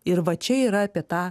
ir va čia yra apie tą